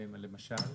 למשל?